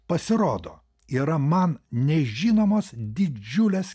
pasirodo yra man nežinomos didžiulės